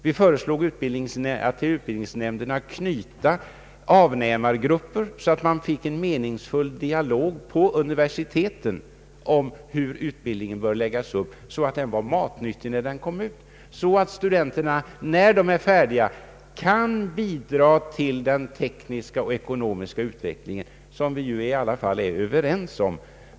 Vi föreslog att till utbildningsnämnderna skulle knytas representanter för avnämargrupper, så att man fick en meningsfull dialog på universiteten om hur utbildningen bör läggas upp för att vara ”matnyttig” och för att studenterna, när de är färdiga, skall kunna bidra till den tekniska och ekonomiska utveckling som vi ju i alla fall är överens om.